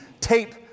tape